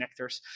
connectors